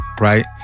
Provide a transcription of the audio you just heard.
Right